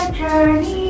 journey